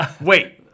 Wait